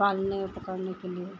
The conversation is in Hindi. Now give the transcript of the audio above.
पालने पकड़ने के लिए